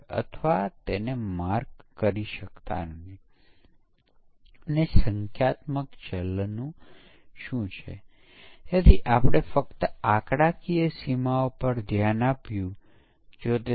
અને અંતે વપરાશકર્તા સ્વીકૃતિ પરીક્ષણ આ સિસ્ટમ પરીક્ષણ પ્રકારનું એક પરીક્ષણ છે